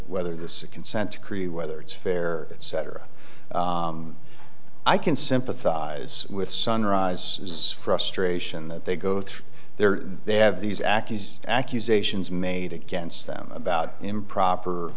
whether this consent decree whether it's fair that cetera i can sympathize with sunrise frustration that they go through there they have these ak is accusations made against them about improper